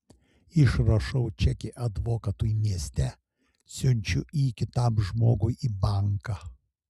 išrašau čekį advokatui mieste siunčiu jį kitam žmogui į banką